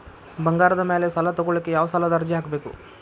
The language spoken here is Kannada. ಬಂಗಾರದ ಮ್ಯಾಲೆ ಸಾಲಾ ತಗೋಳಿಕ್ಕೆ ಯಾವ ಸಾಲದ ಅರ್ಜಿ ಹಾಕ್ಬೇಕು?